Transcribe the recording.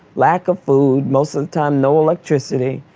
lack of food, most of the time, no electricity.